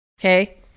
Okay